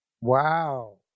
Wow